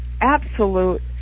absolute